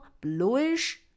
bluish